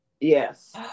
Yes